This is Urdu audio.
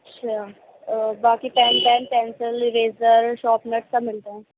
اچھا آ باقی pen pen pencil eraser sharpener سب ملتا ہے